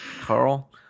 Carl